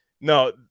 no